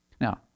Now